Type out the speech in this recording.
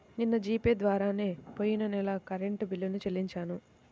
నిన్న G pay ద్వారానే పొయ్యిన నెల కరెంట్ బిల్లుని చెల్లించాను